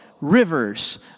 rivers